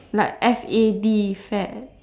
like F A D fad